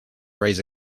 raise